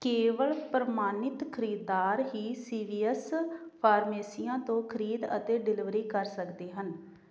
ਕੇਵਲ ਪ੍ਰਮਾਣਿਤ ਖਰੀਦਦਾਰ ਹੀ ਸੀ ਵੀ ਐੱਸ ਫਾਰਮੇਸੀਆਂ ਤੋਂ ਖਰੀਦ ਅਤੇ ਡਿਲਿਵਰੀ ਕਰ ਸਕਦੇ ਹਨ